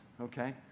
okay